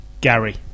Gary